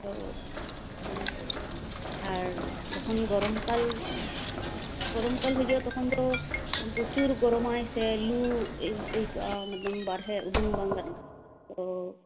ᱛᱚ ᱩᱸ ᱟᱨ ᱡᱚᱠᱷᱚᱱ ᱜᱚᱨᱚᱢ ᱠᱟᱞ ᱜᱚᱨᱚᱢ ᱠᱟᱞ ᱦᱤᱡᱩᱜ ᱟ ᱛᱚᱠᱷᱚᱱ ᱫᱚ ᱯᱨᱚᱪᱩᱨ ᱜᱚᱨᱚᱢᱟᱭ ᱥᱮ ᱞᱩ ᱟᱭᱠᱟ ᱜ ᱟ ᱢᱟᱱᱮ ᱵᱟᱨᱦᱮ ᱩᱸᱰᱩᱝ ᱵᱟᱝ ᱜᱟᱱᱚᱜ ᱟ ᱛᱚ